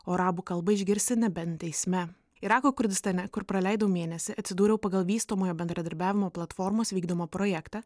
o arabų kalbą išgirsi nebent teisme irako kurdistane kur praleidau mėnesį atsidūriau pagal vystomojo bendradarbiavimo platformos vykdomą projektą